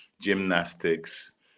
gymnastics